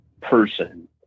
person